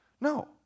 No